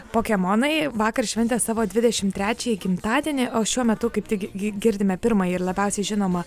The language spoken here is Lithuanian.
pokemonai vakar šventė savo dvidešim trečiąjį gimtadienį o šiuo metu kaip tik girdime pirmąjį ir labiausiai žinoma